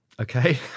Okay